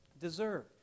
deserve